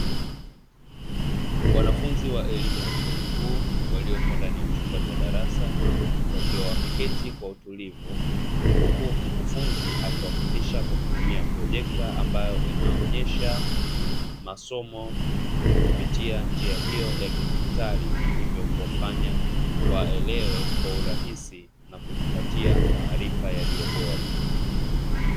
Wanafunzi wa elimu ya chuo kikuu, waliopo ndani ya chumba cha darasa wakiwa wameketi kwa utulivu, huku mkufunzi akiwafundisha kwa kutumia projekta ambayo inaonyesha masomo kupitia njia hiyo ya kidijitali hivyo kuwafanya waelewe kwa urahisi na kujipatia maarifa yaliyo bora.